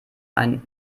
einen